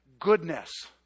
goodness